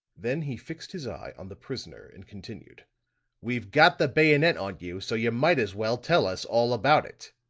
then he fixed his eye on the prisoner and continued we've got the bayonet on you so you might as well tell us all about it.